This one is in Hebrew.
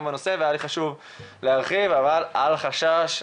נירתם גם לנושא החשוב הזה לטיפול באתגרי הצעירים בחברה הישראלית.